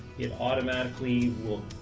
it automatically will